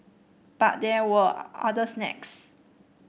but there were other snags